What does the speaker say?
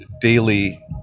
daily